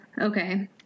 okay